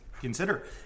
Consider